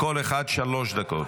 לכל אחד שלוש דקות.